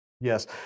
Yes